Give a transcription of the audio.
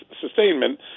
sustainment